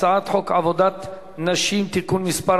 הצעת חוק עבודת נשים (תיקון מס'